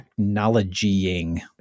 technologying